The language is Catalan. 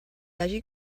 hagi